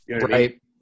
right